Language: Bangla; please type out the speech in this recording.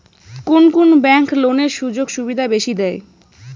কুন কুন ব্যাংক লোনের সুযোগ সুবিধা বেশি দেয়?